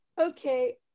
okay